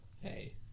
Hey